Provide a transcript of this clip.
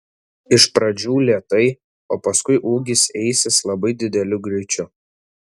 iš pradžių lėtai o paskui ūgis eisis labai dideliu greičiu